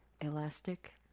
elastic